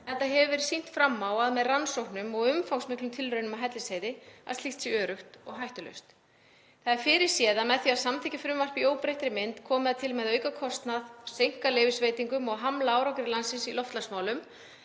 enda hefur verið sýnt fram á það með rannsóknum og umfangsmiklum tilraunum á Hellisheiði að slíkt sé öruggt og hættulaust. Það er fyrirséð að með því að samþykkja frumvarpið í óbreyttri mynd komi það til með að auka kostnað, seinka leyfisveitingum og hamla árangri landsins í loftslagsmálum,